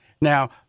Now